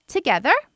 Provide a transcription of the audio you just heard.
Together